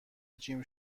جیم